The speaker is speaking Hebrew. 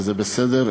וזה בסדר,